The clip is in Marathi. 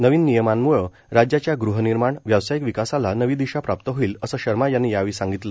नवीन नियमांमुळे राज्याच्या गुह निर्माण व्यावसायिक विकासाला नवीन दिशा प्राप्त होईल असे शर्मा यांनी यावेळी सांगितले